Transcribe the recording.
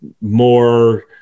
more